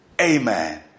amen